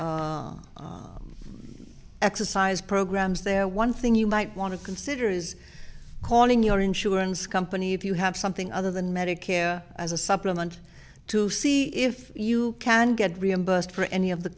of exercise programs there one thing you might want to consider is calling your insurance company if you have something other than medicare as a supplement to see if you can get reimbursed for any of the